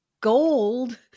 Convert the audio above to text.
gold